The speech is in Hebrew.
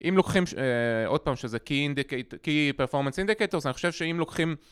אם לוקחים עוד פעם שזה key performance indicator אז אני חושב שאם לוקחים